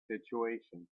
situation